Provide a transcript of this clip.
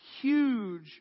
huge